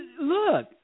look